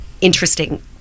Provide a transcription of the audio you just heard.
interesting